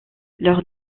leur